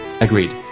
Agreed